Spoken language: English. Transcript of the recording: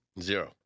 zero